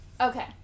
Okay